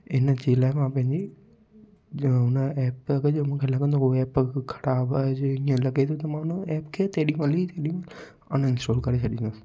हिनजे लाइ मां पंहिंजी हुन एप जो मूंखे लॻंदो हू एप अगरि ख़राबु आहे जो इअं लॻे थो त मां हुन एप खे तेॾी महिल ई अनइंस्टॉल करे छॾींदुसि